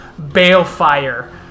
Balefire